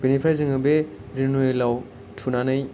बेनिफ्राय जोङो बे रिनिउवेलयाव थुनानै